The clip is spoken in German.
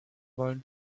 wollen